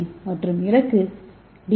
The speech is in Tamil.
ஏ மற்றும் இலக்கு டி